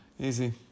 Easy